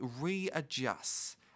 readjusts